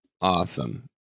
awesome